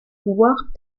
pouvoirs